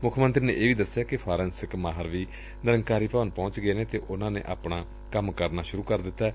ਮੁੱਖ ਮੰਤਰੀ ਨੇ ਇਹ ਵੀ ਦਸਿਆ ਕਿ ਫਾਰੈਸਿਕ ਮਾਹਿਰ ਵੀ ਨਿਰੰਕਾਰੀ ਭਵਨ ਪਹੁੰਚ ਗਏ ਨੇ ਅਤੇ ਉਨੁਾ ਨੇ ਆਪਣਾ ਕੰਮ ਸੁਰੁ ਕਰ ਦਿੱਤੈ